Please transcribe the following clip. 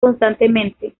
constantemente